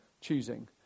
choosing